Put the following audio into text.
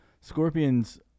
Scorpions